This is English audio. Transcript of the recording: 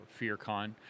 FearCon